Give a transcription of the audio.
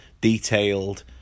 detailed